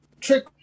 trick